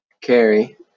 carry